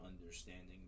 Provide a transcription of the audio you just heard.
understanding